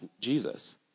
Jesus